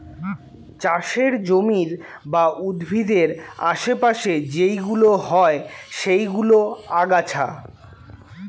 চাষের জমির বা উদ্ভিদের আশে পাশে যেইগুলো হয় সেইগুলো আগাছা